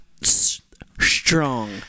strong